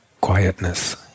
quietness